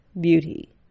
Beauty